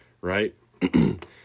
right